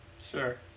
Sure